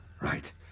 right